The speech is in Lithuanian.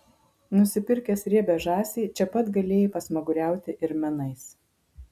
nusipirkęs riebią žąsį čia pat galėjai pasmaguriauti ir menais